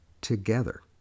together